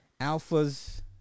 alphas